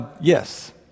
yes